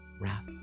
wrath